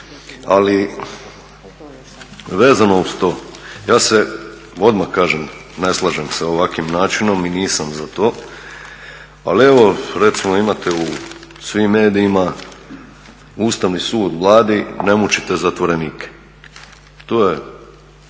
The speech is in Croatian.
Ali, vezano uz to ja se odmah kažem ne slažem sa ovakvim načinom i nisam za to, ali evo recimo imate u svim medijima Ustavni sud Vladi – "Ne mučite zatvorenike!" To je